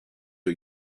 are